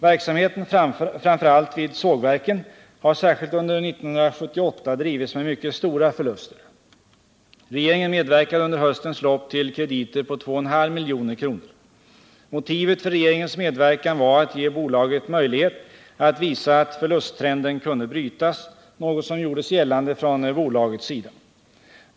Verksamheten — framför allt vid sågverken — har särskilt under år 1978 drivits med mycket stora förluster. Regeringen medverkade under höstens lopp till krediter på 2,5 milj.kr. Motivet för regeringens medverkan var att ge bolaget möjlighet att visa att förlusttrenden kunde brytas, något som gjordes gällande från bolagets sida.